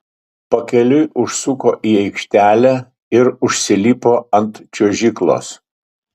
pakeliui užsuko į aikštelę ir užsilipo ant čiuožyklos